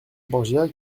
borgia